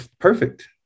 perfect